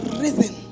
reason